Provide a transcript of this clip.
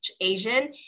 Asian